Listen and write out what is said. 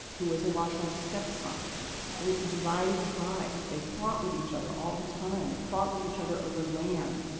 who was a awashonks' stepson. it was a divided tribe, they fought with each other all the time, they fought with each other over land.